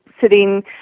sitting